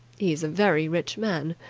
he's a very rich man.